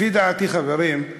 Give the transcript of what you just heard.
לפי דעתי, חברים,